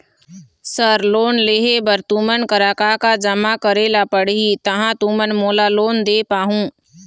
Sir loan लेहे बर तुमन करा का का जमा करें ला पड़ही तहाँ तुमन मोला लोन दे पाहुं?